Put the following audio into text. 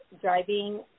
driving